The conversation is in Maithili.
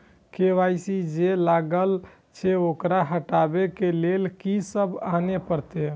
के.वाई.सी जे लागल छै ओकरा हटाबै के लैल की सब आने परतै?